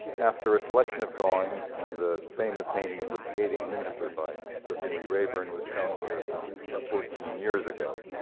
after a selection of drawings and the famous painting of the skating minister by sir henry raeburn was shown here some fourteen years ago.